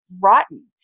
rotten